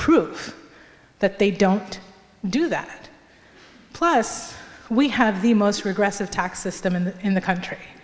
proof that they don't do that plus we have the most regressive tax system in in the country